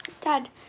dad